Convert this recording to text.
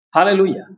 Hallelujah